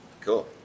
Cool